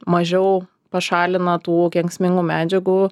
mažiau pašalina tų kenksmingų medžiagų